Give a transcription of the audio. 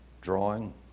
drawing